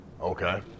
Okay